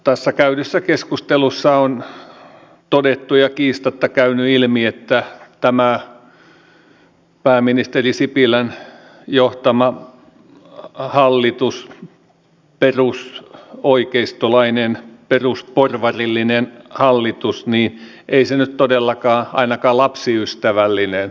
tässä käydyssä keskustelussa on todettu ja kiistatta käynyt ilmi että tämä pääministeri sipilän johtama hallitus perusoikeistolainen perusporvarillinen hallitus ei nyt todellakaan ainakaan lapsiystävällinen ole